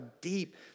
deep